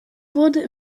wurde